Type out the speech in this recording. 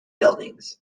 buildings